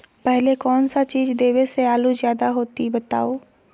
पहले कौन सा चीज देबे से आलू ज्यादा होती बताऊं?